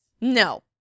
No